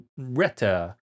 reta